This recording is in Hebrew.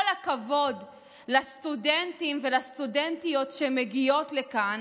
הכבוד לסטודנטים ולסטודנטיות שמגיעים לכאן